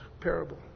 parable